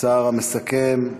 השר המסכם,